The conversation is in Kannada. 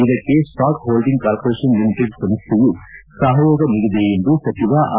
ಇದಕ್ಕೆ ಸ್ಟಾಕ್ ಹೋಲ್ವಿಂಗ್ ಕಾರ್ಪೊರೇಷನ್ ಲಿಮಿಟೆಡ್ ಸಂಸ್ವೆಯು ಸಹಯೋಗ ನೀಡಿದೆ ಎಂದು ಸಚಿವ ಆರ್